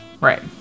right